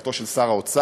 ממפלגתו של שר האוצר,